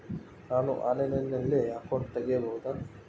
ನಾನು ಆನ್ಲೈನಲ್ಲಿ ಅಕೌಂಟ್ ತೆಗಿಬಹುದಾ?